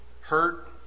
Hurt